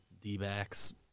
D-backs